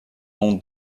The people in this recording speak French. nom